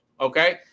Okay